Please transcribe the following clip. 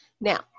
Now